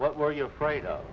what were you afraid of